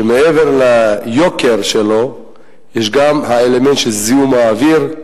שמעבר ליוקר שלו יש גם האלמנט של זיהום האוויר,